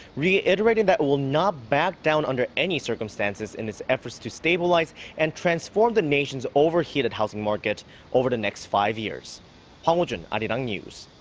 reiterating that it will not back down under any circumstances in its efforts to stabilize and transform the nation's overheated housing market over the next five years. hwang hojun, arirang news.